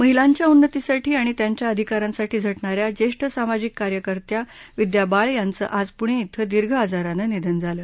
महिलांच्या उन्नतीसाठी आणि त्यांच्या अधिकारांसाठी झटणाऱ्या ज्येष्ठ सामाजिक कार्यकर्त्या विद्या बाळ यांचं आज पुणे इथं दीर्घ आजारानं निधन झालं